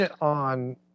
on